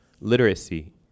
literacy